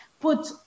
put